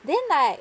then like